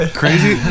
crazy